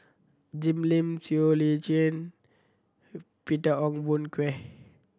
Jim Lim Siow Lee Chin Peter Ong Boon Kwee